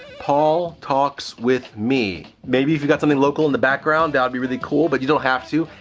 paul talks with me maybe if you've got something local in the background, that would be really cool, but you don't have to.